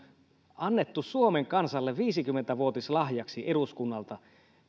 annettu suomen kansalle viisikymmentä vuotislahjaksi eduskunnalta